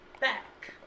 back